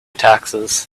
taxes